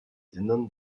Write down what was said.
innern